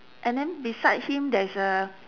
and then beside him there is a